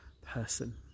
person